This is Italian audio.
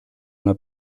una